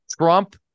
Trump